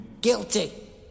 Guilty